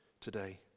today